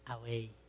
away